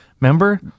Remember